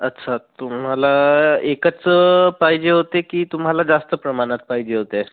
अच्छा तुम्हाला एकच पाहिजे होते की तुम्हाला जास्त प्रमाणात पाहिजे होते